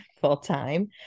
full-time